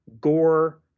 gore